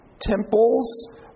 temples